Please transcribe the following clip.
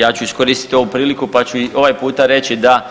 Ja ću iskoristiti ovu priliku pa ću i ovaj puta reći da